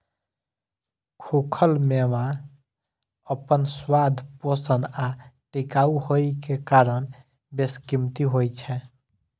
खूखल मेवा अपन स्वाद, पोषण आ टिकाउ होइ के कारण बेशकीमती होइ छै